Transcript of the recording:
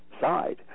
side